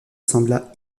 sembla